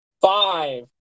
Five